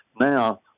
now